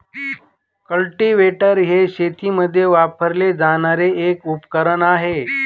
cultivator हे शेतीमध्ये वापरले जाणारे एक उपकरण आहे